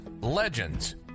legends